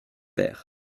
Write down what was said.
père